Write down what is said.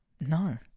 No